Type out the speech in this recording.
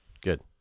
good